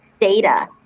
data